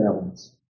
balance